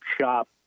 shop